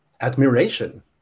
admiration